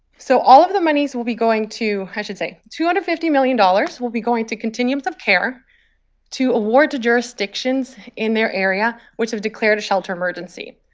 so all of the monies will be going to i should say two hundred and fifty million dollars will be going to continuums of care to award to jurisdictions in their area which have declared shelter emergency.